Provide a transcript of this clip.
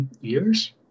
years